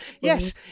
Yes